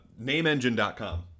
NameEngine.com